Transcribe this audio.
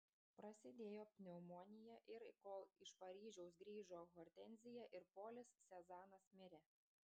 prasidėjo pneumonija ir kol iš paryžiaus grįžo hortenzija ir polis sezanas mirė